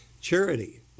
charity